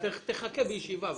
אז חכה בישיבה.